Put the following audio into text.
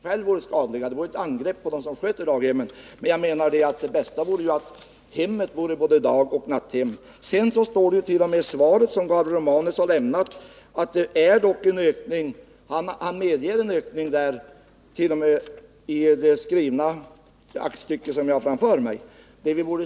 Herr talman! Det vore orimligt att påstå att daghemmen i sig själva är skadliga. Det vore ett angrepp på dem som sköter daghemmen. Jag menar emellertid att det bästa vore att hemmet, den egna familjens hem, vore både dagoch natthem. Men Gabriel Romanus medger ju i svaret — i det skrivna aktstycke som jag har framför mig här — att antalet självmord bland barn har ökat.